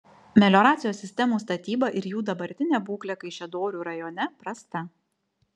melioracijos sistemų statyba ir jų dabartinė būklė kaišiadorių rajone prasta